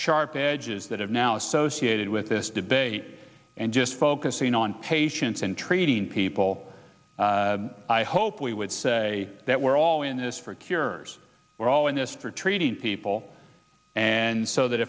sharp edges that have now associated with this debate and just focusing on patients and treating people i hope we would say that we're all in this for cure we're all in this for treating people and so that